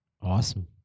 Awesome